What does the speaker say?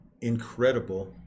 incredible